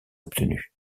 obtenus